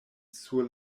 sur